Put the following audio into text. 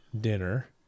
dinner